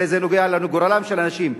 הרי זה נוגע בגורלם של אנשים,